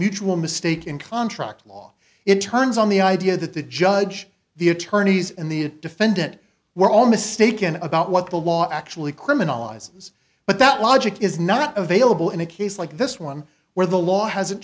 mutual mistake in contract law it turns on the idea that the judge the attorneys and the defendant were all mistaken about what the law actually criminalizes but that logic is not available in a case like this one where the law hasn't